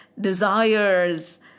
desires